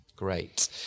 Great